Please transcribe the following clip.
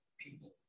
people